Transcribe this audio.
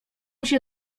się